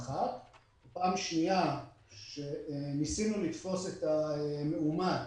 או שניסינו להשיג את המאומת